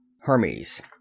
Hermes